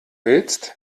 willst